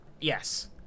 yes